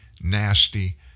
nasty